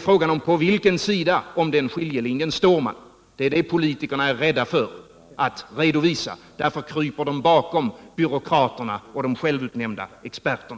Frågan är på vilken sida av den skiljelinjen som man står. Det är det politikerna är rädda för att redovisa. Därför kryper man bakom byråkrater och självutnämnda experter.